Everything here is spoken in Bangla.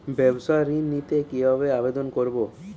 ব্যাবসা ঋণ নিতে কিভাবে আবেদন করব?